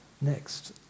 Next